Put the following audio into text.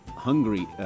Hungry